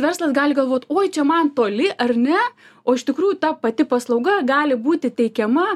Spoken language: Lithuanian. verslas gali galvot oi čia man toli ar ne o iš tikrųjų ta pati paslauga gali būti teikiama